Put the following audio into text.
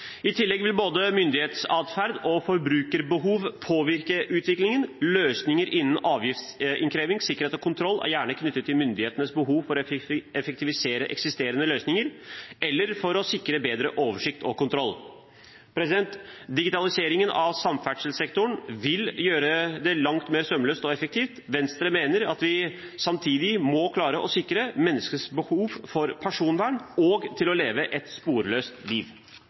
I tillegg vil både myndighetsatferd og forbrukerbehov påvirke utviklingen. Løsninger innen avgiftsinnkreving, sikkerhet og kontroll er gjerne knyttet til myndighetenes behov for å effektivisere eksisterende løsninger eller for å sikre bedre oversikt og kontroll. Digitaliseringen av samferdselssektoren vil gjøre den langt mer sømløs og effektiv. Venstre mener at vi samtidig må klare å sikre menneskets behov for personvern og å leve et sporløst liv.